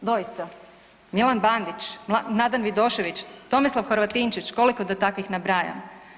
Doista, Milan Bandić, Nadan Vidošević, Tomislav Horvatinčić, koliko da takvih nabrajam?